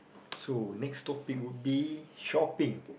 so next stop it would be shopping